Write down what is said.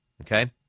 Okay